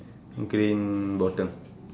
green bottom